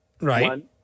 right